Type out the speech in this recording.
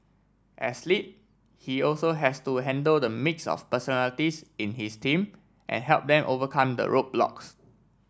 as lead he also has to handle the mix of personalities in his team and help them overcome the roadblocks